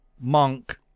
Monk